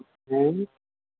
ᱦᱩᱸ